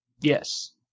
yes